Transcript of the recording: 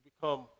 become